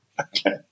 Okay